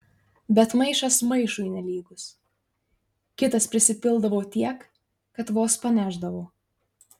bet maišas maišui nelygus kitas prisipildavo tiek kad vos panešdavo